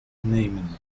nemen